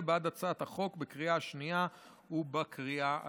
בעד הצעת החוק בקריאה השנייה ובקריאה השלישית.